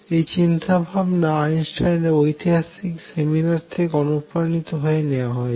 এই চিন্তাভাবনা আইনস্টাইনের ঐতিহাসিক সেমিনার থেকে অনুপ্রাণিত হয়ে নেওয়া হয়েছে